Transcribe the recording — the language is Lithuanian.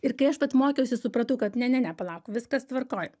ir kai aš vat mokiausi supratau kad ne ne ne palauk viskas tvarkoj